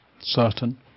certain